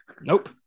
Nope